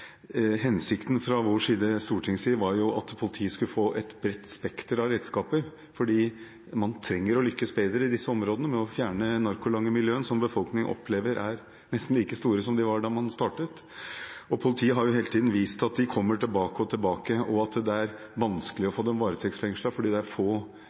Hensikten fra Stortingets side var at politiet skulle få et bredt spekter av redskaper. Man trenger å lykkes bedre i disse områdene med å fjerne narkolangermiljøene som befolkningen opplever er nesten like store som de var da man startet. Politiet har hele tiden vist til at de kommer tilbake og tilbake, og at det er vanskelig å få dem varetektsfengslet fordi det er